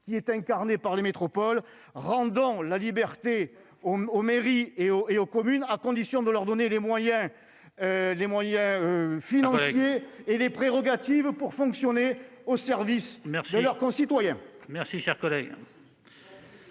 incarné par les métropoles. Rendons la liberté aux mairies et aux communes, à condition de leur en donner les moyens financiers et les prérogatives pour fonctionner au service de nos concitoyens. Hors sujet